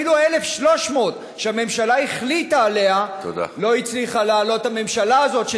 אפילו 1,300 עולים שהממשלה החליטה עליהם לא הצליחה להעלות הממשלה הזאת,